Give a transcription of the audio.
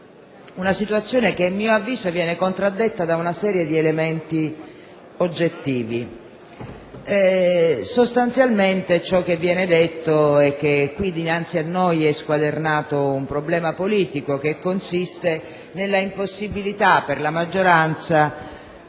una situazione a mio avviso contraddetta da una serie di elementi oggettivi. Sostanzialmente, si sostiene che dinanzi a noi è squadernato un problema politico consistente nell'impossibilità per la maggioranza